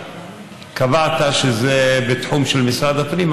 קבעת שזה בתחום של משרד הפנים,